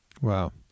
Wow